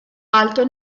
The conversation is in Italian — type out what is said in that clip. alto